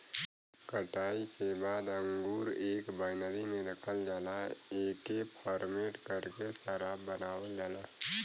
कटाई के बाद अंगूर एक बाइनरी में रखल जाला एके फरमेट करके शराब बनावल जाला